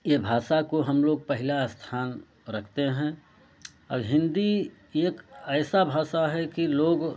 ये भाषा को हम लोग पहला स्थान रखते हैं और हिंदी एक ऐसा भाषा है कि लोग